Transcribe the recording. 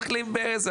תחליף ברז,